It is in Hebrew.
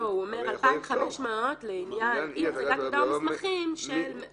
הוא אומר: 2,500 לעניין אי-הצגת תעודה או מסמכים של מגדל מורשה.